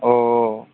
ஓஓ